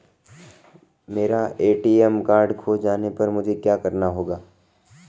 मेरा ATM card खो जाने पर मुझे क्या करना होगा?